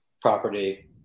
property